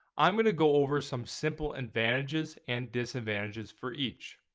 i'm going to go over some simple advantages and disadvantages for each.